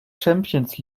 champions